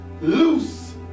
loose